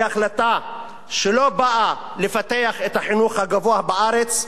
היא החלטה שלא באה לפתח את החינוך הגבוה בארץ,